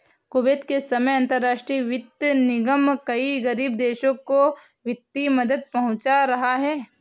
Kuwait के समय अंतरराष्ट्रीय वित्त निगम कई गरीब देशों को वित्तीय मदद पहुंचा रहा है